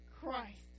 Christ